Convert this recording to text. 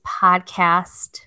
podcast